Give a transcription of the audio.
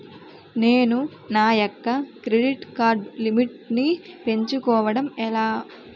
నేను నా యెక్క క్రెడిట్ కార్డ్ లిమిట్ నీ పెంచుకోవడం ఎలా?